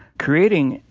creating,